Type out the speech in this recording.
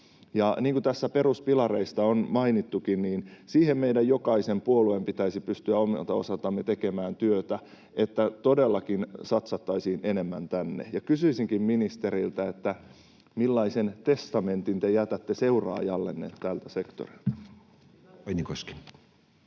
Niin kuin tässä peruspilareista on mainittukin, siinä jokaisen puolueen pitäisi pystyä omalta osaltaan tekemään työtä, että todellakin satsattaisiin enemmän tänne. Kysyisinkin ministeriltä: millaisen testamentin te jätätte seuraajallenne tältä sektorilta?